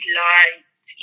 light